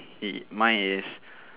mine is